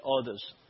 others